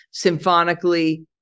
symphonically